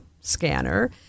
scanner